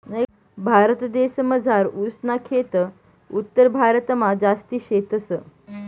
भारतदेसमझार ऊस ना खेत उत्तरभारतमा जास्ती शेतस